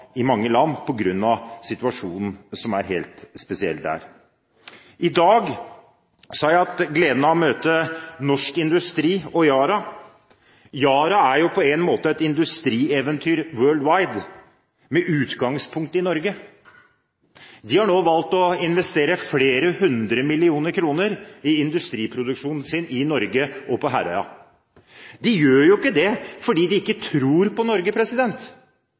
i mange land rundt omkring i Europa opplever, på grunn av situasjonen som er helt spesiell der. I dag har jeg hatt gleden av å møte Norsk industri og Yara. Yara er jo på en måte et industrieventyr «world wide» med utgangspunkt i Norge. De har nå valgt å investere flere hundre millioner kroner i industriproduksjonen sin i Norge og på Herøya. De gjør jo ikke det fordi de ikke tror på Norge.